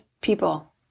people